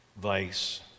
vice